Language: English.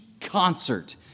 concert